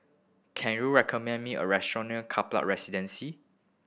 can you recommend me a restaurant near Kaplan Residence